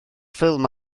ffilm